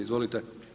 Izvolite.